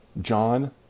John